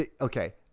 Okay